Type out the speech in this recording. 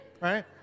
Right